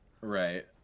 Right